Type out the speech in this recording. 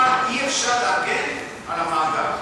הוא אמר: אי-אפשר להגן על המאגר,